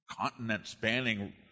continent-spanning